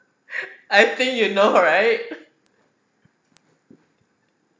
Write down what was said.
I think you know right